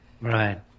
Right